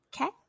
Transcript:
okay